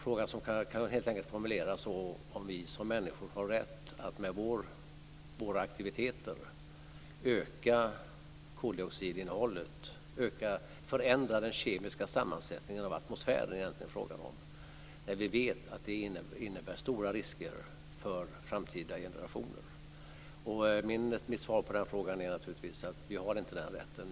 Frågan kan helt enkelt formuleras som så: Har vi som människor rätt att med våra aktiviteter förändra den kemiska sammansättningen av atmosfären när vi vet att det innebär stora risker för framtida generationer? Mitt svar på den frågan är naturligtvis att vi inte har den rätten.